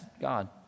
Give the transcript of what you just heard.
God